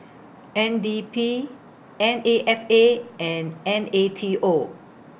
N D P N A F A and N A T O